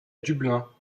dublin